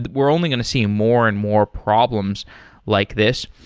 we're only going to see more and more problems like this.